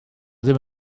ddim